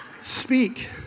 Speak